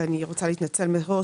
אני רוצה להתנצל מראש,